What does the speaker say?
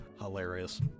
Hilarious